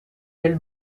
del